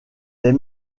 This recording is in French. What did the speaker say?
des